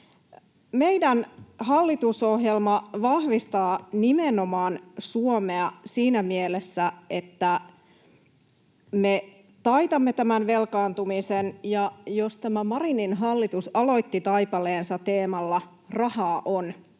Meidän hallitusohjelmamme vahvistaa nimenomaan Suomea siinä mielessä, että me taitamme tämän velkaantumisen, ja jos tämä Marinin hallitus aloitti taipaleensa teemalla ”rahaa on”,